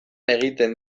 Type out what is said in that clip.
egiten